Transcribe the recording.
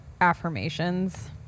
affirmations